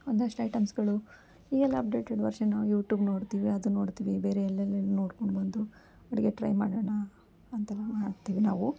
ಒಂದಷ್ಟು ಐಟಮ್ಸ್ಗಳು ಈಗ ಎಲ್ಲ ಅಪ್ಡೇಟೆಡ್ ವರ್ಷನು ಯೂಟೂಬ್ ನೋಡ್ತೀವಿ ಅದು ನೋಡ್ತೀವಿ ಬೇರೆ ಎಲ್ಲೆಲ್ಲಿಂದ ನೋಡ್ಕೊಂಡು ಬಂದು ಅಡುಗೆ ಟ್ರೈ ಮಾಡೋಣ ಅಂತೆಲ್ಲ ಮಾಡ್ತೀವಿ ನಾವು